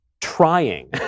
trying